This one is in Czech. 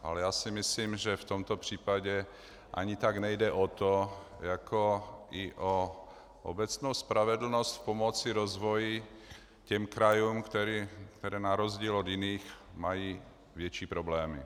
Ale já si myslím, že v tomto případě ani tak nejde o to jako i o obecnou spravedlnost pomoci v rozvoji těch krajů, které na rozdíl od jiných mají větší problémy.